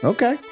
Okay